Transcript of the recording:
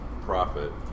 profit